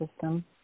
system